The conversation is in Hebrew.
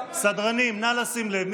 סדרנים, נא לשים לב.